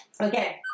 Okay